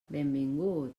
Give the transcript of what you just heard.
benvingut